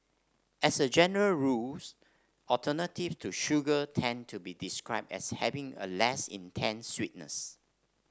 as a general rules alternative to sugar tend to be described as having a less intense sweetness